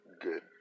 good